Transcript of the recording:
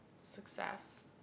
success